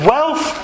Wealth